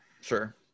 Sure